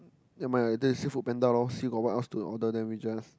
ya mind lah later we see Foodpanda lor see got what else to order then we just